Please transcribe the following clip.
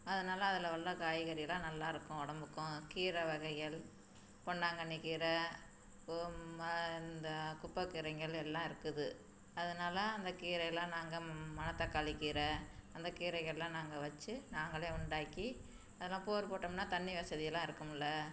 அதனால் அதில் உள்ள காய்கறிலாம் நல்லாருக்கும் உடம்புக்கும் கீரை வகைகள் பொன்னாங்கண்ணி கீரை ஓம் ம இந்த குப்பை கீரைங்கள் எல்லாம் இருக்குது அதனால் அந்த கீரைலாம் நாங்கள் மணத்தக்காளி கீரை அந்த கீரைகள்லாம் நாங்கள் வச்சி நாங்களே உண்டாக்கி அதெல்லாம் போர் போட்டம்னால் தண்ணி வசதிலாம் இருக்கும்ல